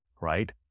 right